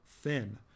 thin